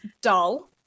dull